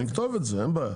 נכתוב את זה, אין בעיה.